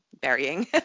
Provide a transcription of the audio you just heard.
Burying